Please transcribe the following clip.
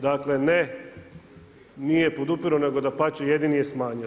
Dakle, ne nije podupirao nego dapače jedini je smanjio.